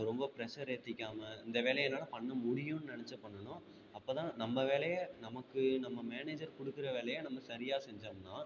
ரொம்ப ப்ரெஷர் ஏற்றிக்காம இந்த வேலையை என்னால் பண்ண முடியுன்னு நினச்சி பண்ணணும் அப்போ தான் நம்ம வேலையை நமக்கு நம்ம மேனேஜர் கொடுக்குற வேலையை நம்ம சரியாக செஞ்சம்னா